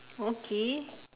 okay